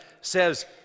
says